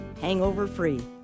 hangover-free